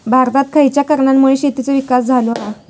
भारतात खयच्या कारणांमुळे शेतीचो विकास झालो हा?